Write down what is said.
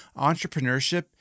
entrepreneurship